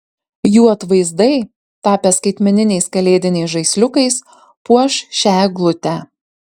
jų atvaizdai tapę skaitmeniniais kalėdiniais žaisliukais puoš šią eglutę